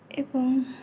ଏବଂ